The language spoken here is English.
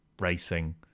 racing